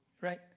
right